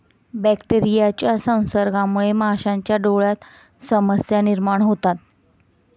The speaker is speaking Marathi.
बॅक्टेरियाच्या संसर्गामुळे माशांच्या डोळ्यांत समस्या निर्माण होतात